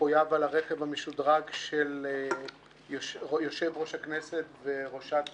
שמחויב על הרכב המשודרג של יושב-ראש הכנסת וראשת